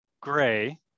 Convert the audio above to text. gray